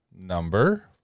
number